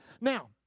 Now